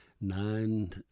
Nine